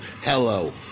Hello